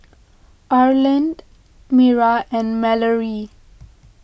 Arland Mira and Malorie